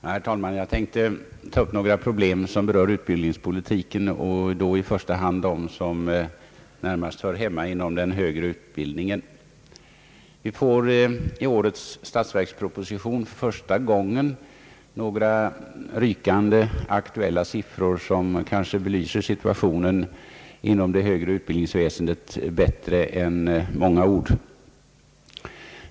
Herr talman! Jag tänkte ta upp några problem som berör utbildningspolitiken och då i första hand de problem som närmast gäller den högre utbildningen. Vi får i årets statsverksproposition för första gången några rykande aktuella siffror, som kanske belyser situationen inom det högre utbildningsväsendet bättre än många ord.